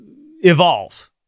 evolve